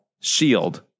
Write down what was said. Shield